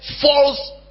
false